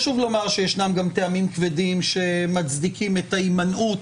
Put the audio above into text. חשוב לומר שישנם גם טעמים כבדים שמצדיקים את ההימנעות